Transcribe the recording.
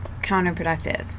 counterproductive